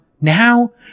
Now